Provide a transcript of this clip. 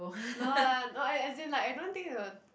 no lah no I as in like I don't think they will